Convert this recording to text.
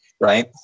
right